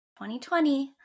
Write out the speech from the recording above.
2020